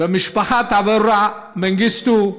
ומשפחת אברה מנגיסטו,